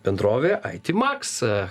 bendrovė ai ti maks